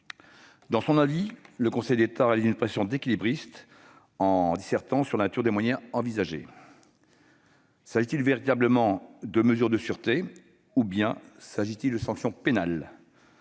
Dans son avis, le Conseil d'État réalise une prestation d'équilibriste en dissertant sur la nature des mesures envisagées. S'agit-il véritablement de mesures de sûreté ou bien de sanctions pénales ?